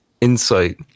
insight